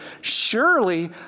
surely